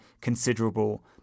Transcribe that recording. considerable